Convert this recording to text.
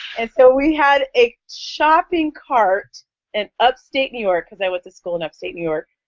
and so we had a shopping cart in upstate new york, because i went to school in upstate new york,